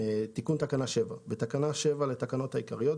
תיקון תקנה 7 9 בתקנה 7 לתקנות העיקריות,